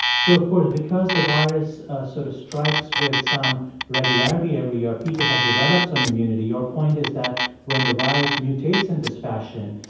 so, of course, because the virus sort of strikes with some regularity every year, people have developed some immunity, your point is that when the virus mutates in this fashion,